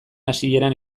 hasieran